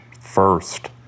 first